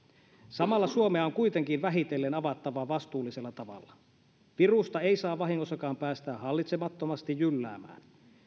samalla suomea on kuitenkin vähitellen avattava vastuullisella tavalla virusta ei saa vahingossakaan päästää hallitsemattomasti jylläämään